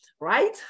right